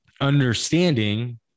understanding